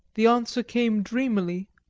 the answer came dreamily,